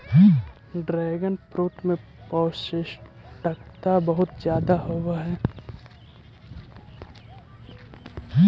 dragon fruit में पौष्टिकता बहुत ज्यादा होवऽ हइ